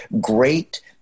great